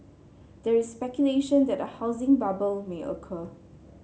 there is speculation that a housing bubble may occur